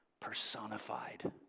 personified